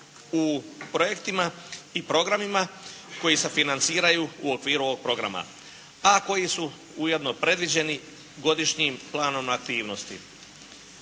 u projektima i programima koji se financiraju u okviru ovog programa, a koji su ujedno predviđeni godišnjim planom aktivnosti.